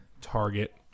Target